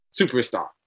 superstar